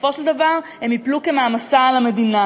בסופו של דבר הם ייפלו כמעמסה על המדינה.